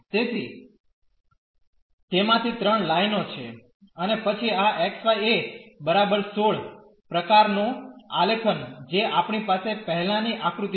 તેથી તેમાંથી ત્રણ લાઇનો છે અને પછી આ xy એ બરાબર 16 પ્રકાર નો આલેખન જે આપણી પાસે પહેલાની આકૃતિમાં છે